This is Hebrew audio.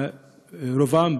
רובם,